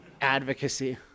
advocacy